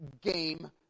game